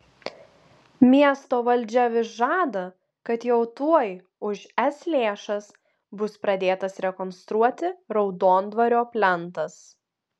miesto valdžia vis žada kad jau tuoj už es lėšas bus pradėtas rekonstruoti raudondvario plentas